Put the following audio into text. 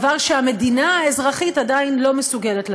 דבר שהמדינה האזרחית עדיין לא מסוגלת לתת.